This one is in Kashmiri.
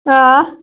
آ